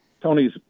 Tony's